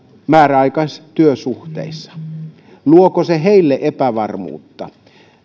määräaikaisissa työsuhteissa luoko se heille epävarmuutta